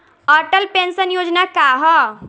Atal pension योजना का ह?